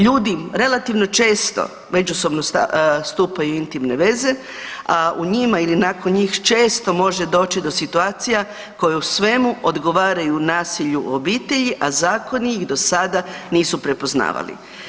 Ljudi relativno često međusobno stupaju u intimne veze, a u njima ili nakon njih često može doći do situacija koje u svemu odgovaraju nasilju u obitelji, a zakoni ih do sada nisu prepoznavali.